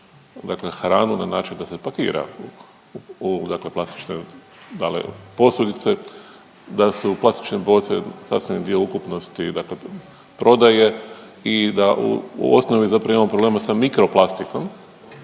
dakle hranu na način da se pakira u dakle plastične da li posudice, da su plastične boce sastavi dio ukupnosti dakle prodaje i da u osnovi zapravo imamo problema sa mikroplastikom